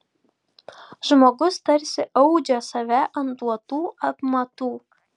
žmogus tarsi audžia save ant duotų apmatų